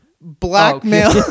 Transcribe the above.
Blackmail